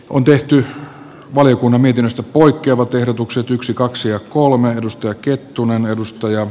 on tehty valiokunnan mietinnöstä poikkeavat ehdotukset yksi kaksi ja kolme edustajaa kettunen edustaja